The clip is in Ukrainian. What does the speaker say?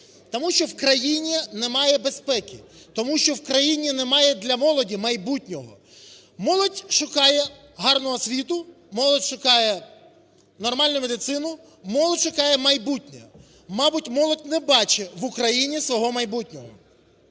Тому що в країні немає безпеки. Тому що в країні немає для молоді майбутнього. Молодь шукає гарну освіту, молодь шукає нормальну медицину, молодь шукає майбутнє. Мабуть, молодь не бачить в Україні свого майбутнього.